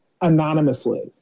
anonymously